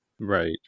Right